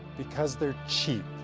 because they're cheap.